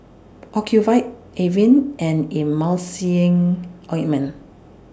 Ocuvite Avene and Emulsying Ointment